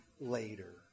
later